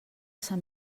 sant